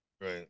Right